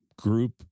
group